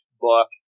book